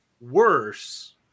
worse